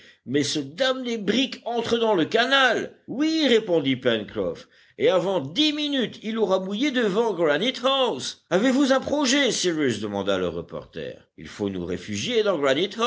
mais ce damné brick entre dans le canal oui répondit pencroff et avant dix minutes il aura mouillé devant granite house avez-vous un projet cyrus demanda le reporter il faut nous réfugier dans